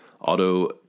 auto